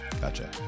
gotcha